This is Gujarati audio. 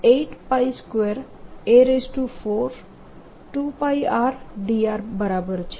2πrdr બરાબર છે